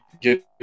get